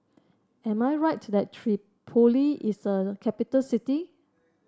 am I right that Tripoli is a capital city